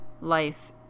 life